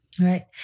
Right